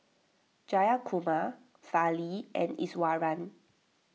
Jayakumar Fali and Iswaran